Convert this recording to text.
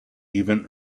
even